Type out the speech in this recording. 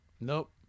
Nope